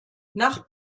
nach